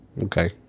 Okay